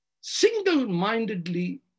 single-mindedly